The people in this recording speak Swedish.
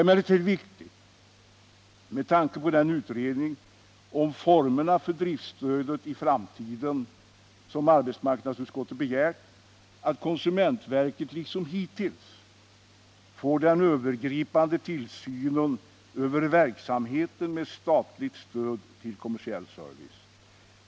Med tanke på den utredning om formerna för driftstödet i framtiden som arbetsmarknadsutskottet begärt är det emellertid viktigt att konsumentverket liksom hittills får den övergripande tillsynen över verksamheten med statligt stöd till kommersiell service.